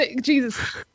Jesus